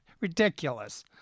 Ridiculous